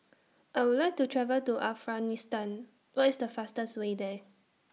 I Would like to travel to Afghanistan What IS The fastest Way There